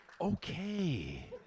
okay